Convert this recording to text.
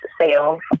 sales